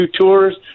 tours